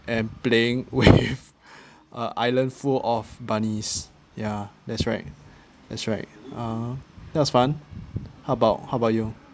and playing with a island full of bunnies ya that's right that's right uh that was fun how about how about you